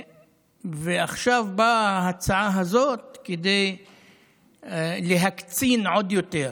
ועכשיו באה ההצעה הזאת כדי להקצין עוד יותר